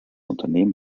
unternehmen